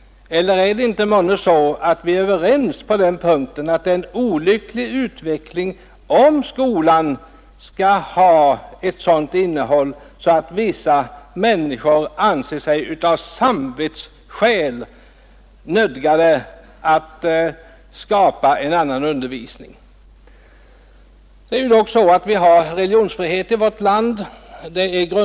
Eller är vi månne inte överens om att det är en olycklig utveckling, om skolan får ett sådant innehåll att vissa människor anser sig av samvetsskäl nödgade att skapa en annan undervisning? Vi har dock en grundlagsfäst religionsfrihet i vårt land.